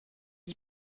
d’y